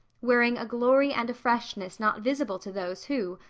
wearing a glory and a freshness not visible to those who,